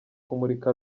kumurika